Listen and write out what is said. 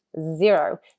zero